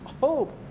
hope